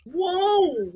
Whoa